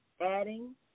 adding